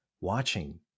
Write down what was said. watching